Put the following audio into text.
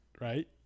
right